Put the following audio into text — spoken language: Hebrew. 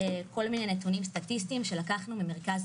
כל מיני נתונים סטטיסטיים שלקחנו ממרכז